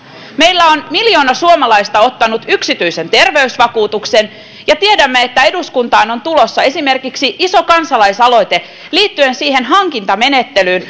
meillä on miljoona suomalaista ottanut yksityisen terveysvakuutuksen ja tiedämme että eduskuntaan on tulossa esimerkiksi iso kansalaisaloite liittyen siihen hankintamenettelyyn